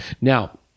Now